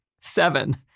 seven